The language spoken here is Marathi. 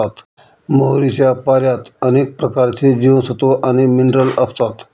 मोहरीच्या पाल्यात अनेक प्रकारचे जीवनसत्व आणि मिनरल असतात